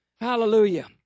Hallelujah